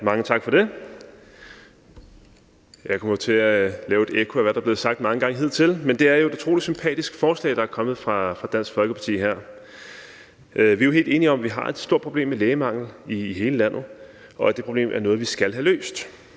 Mange tak for det. Jeg kommer til at være et ekko af, hvad der er blevet sagt mange gange hidtil, men det er jo et utrolig sympatisk forslag, der er kommet fra Dansk Folkeparti her. Vi er jo helt enige om, at vi har et stort problem med lægemangel i hele landet, og at det problem er noget, vi skal have løst.